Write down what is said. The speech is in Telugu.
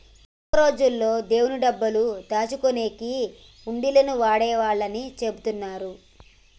పూర్వం రోజుల్లో దేవుడి డబ్బులు దాచుకునేకి హుండీలను వాడేవాళ్ళని చెబుతున్నరు